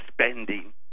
spending